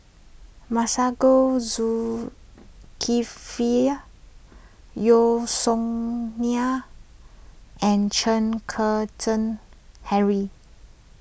Masagos Zulkifli Yeo Song Nian and Chen Kezhan Henri